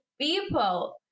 people